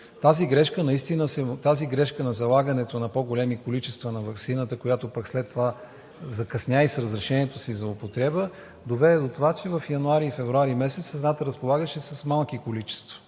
Тази грешка на залагането на по-големи количества на ваксината, която пък след това закъсня и с разрешението си за употреба доведе до това, че през януари и февруари месец страната разполагаше с малки количества.